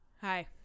Hi